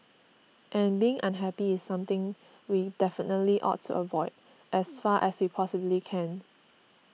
and being unhappy is something we definitely ought to avoid as far as we possibly can